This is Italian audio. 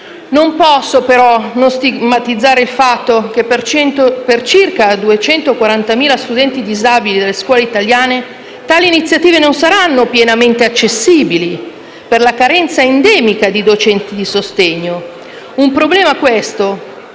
Non posso però non stigmatizzare il fatto che per circa 240.000 studenti disabili delle scuole italiane tali iniziative non saranno pienamente accessibili per la carenza endemica di docenti di sostegno, problema, questo,